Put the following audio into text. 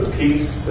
peace